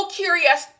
curious